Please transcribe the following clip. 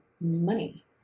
money